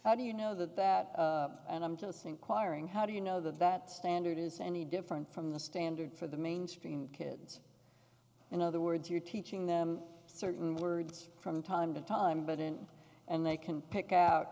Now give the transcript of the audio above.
how do you know that and i'm just inquiring how do you know that standard is any different from the standard for the mainstream kids in other words you're teaching them certain words from time to time but in and they can pick out